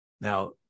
Now